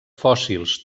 fòssils